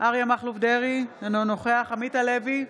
אריה מכלוף דרעי, אינו נוכח עמית הלוי,